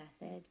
method